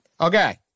Okay